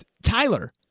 Tyler